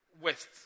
west